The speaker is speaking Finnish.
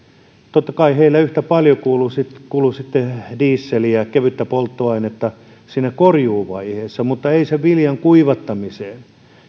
totta kai heillä yhtä paljon kului sitten dieseliä ja kevyttä polttoöljyä siinä korjuuvaiheessa mutta ei sen viljan kuivattamiseen